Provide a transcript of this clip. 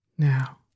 Now